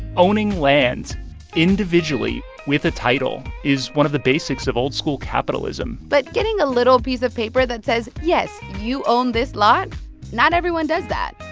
owning land individually with a title is one of the basics of old-school capitalism but getting a little piece of paper that says, yes, you own this lot not everyone does that.